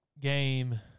game